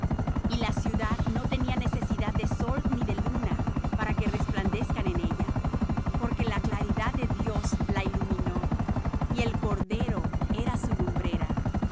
y la ciudad no tenía necesidad de sol ni de luna para que resplandezcan en ella porque la claridad de dios la iluminó y el cordero era su lumbrera